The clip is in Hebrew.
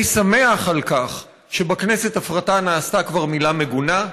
אני שמח שבכנסת "הפרטה" נעשתה כבר מילה מגונה.